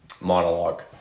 monologue